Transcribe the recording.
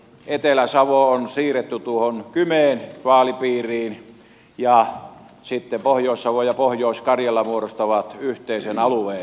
etelä savo on siirretty tuohon kymen vaalipiiriin ja sitten pohjois savo ja pohjois karjala muodostavat yhteisen alueen